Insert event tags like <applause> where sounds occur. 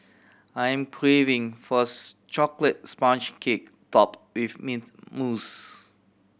I am craving for <unintelligible> chocolate sponge cake top with mint mousse